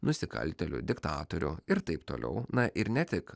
nusikaltėlių diktatorių ir taip toliau na ir ne tik